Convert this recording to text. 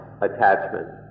attachment